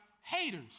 haters